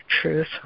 truth